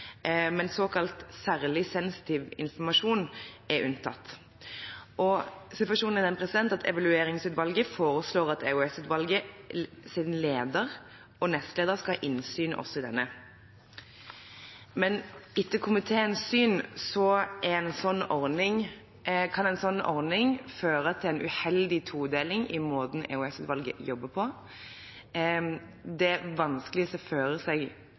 men såkalt «særlig sensitiv informasjon» er unntatt. Situasjonen er at Evalueringsutvalget foreslår at EOS-utvalgets leder og nestleder skal ha innsyn også i dette. Men etter komiteens syn kan en slik ordning føre til en uheldig todeling i måten EOS-utvalget jobber på. Det er vanskelig å se for seg